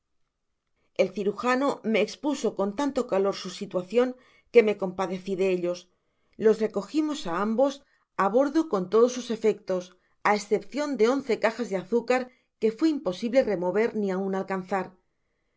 el cirujano me espuso con tanto calor su situacion queme compadeci de ellos los recogimos á ambos bor do con todos sus efectos a escopeten de once cajas de azúcar que fué imposible remover ni aun alcanzar